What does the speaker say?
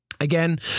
Again